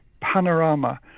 panorama